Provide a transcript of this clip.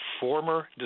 Former